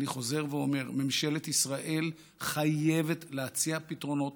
אני חוזר ואומר: ממשלת ישראל חייבת להציע פתרונות,